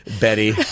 Betty